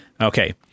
Okay